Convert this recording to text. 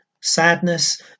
sadness